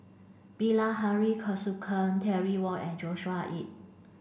Bilahari Kausikan Terry Wong and Joshua Ip